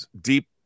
Deep